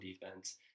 defense